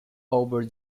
over